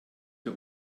der